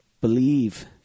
Believe